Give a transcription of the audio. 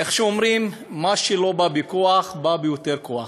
איך שאומרים: מה שלא בא בכוח בא ביותר כוח.